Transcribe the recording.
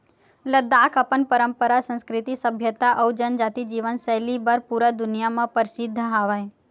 लद्दाख अपन पंरपरा, संस्कृति, सभ्यता अउ जनजाति जीवन सैली बर पूरा दुनिया म परसिद्ध हवय